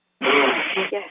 Yes